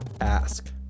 ask